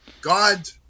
God